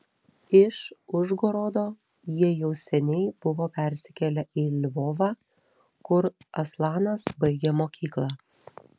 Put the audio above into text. iš užgorodo jie jau seniai buvo persikėlę į lvovą kur aslanas baigė mokyklą